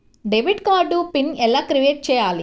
Debit card pin ఎలా create చెయ్యాలి?